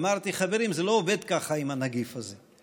אמרתי: חברים, זה לא עובד ככה עם הנגיף הזה.